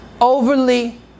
overly